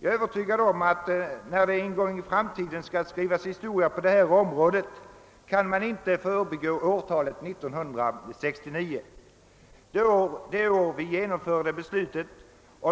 Jag är övertygad om att när det en gång i framtiden skall skrivas historia på detta område kan man inte förbigå årtalet 1969 — det år då vi genomförde